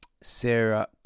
Sarah